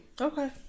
Okay